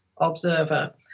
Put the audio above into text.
observer